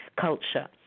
culture